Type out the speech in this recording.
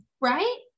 Right